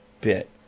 bit